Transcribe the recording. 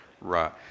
Right